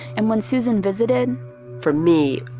and when susan visited for me,